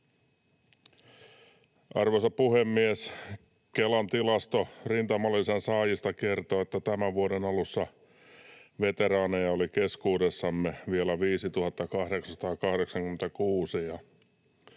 Arvoisa puhemies! Kelan tilasto rintamalisän saajista kertoo, että tämän vuoden alussa veteraaneja oli keskuudessamme vielä 5 886